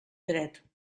dret